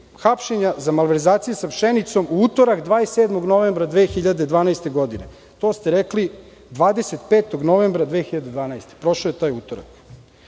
hapšenja za malverzacije sa pšenicom u utorak 27. novembra 2012. godine. To ste rekli 25. novembra 2012. godine. Prošao je taj utorak.